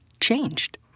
changed